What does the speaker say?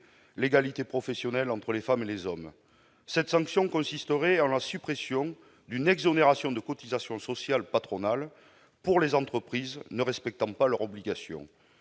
l'égalité professionnelle entre les femmes et les hommes. Cette sanction consisterait en la suppression d'une exonération de cotisations sociales patronales pour les entreprises ne respectant pas leurs obligations.